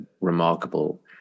remarkable